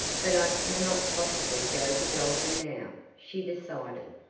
but i cannot possibly go to dalton now, she decided,